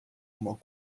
oma